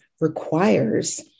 requires